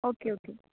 okay okay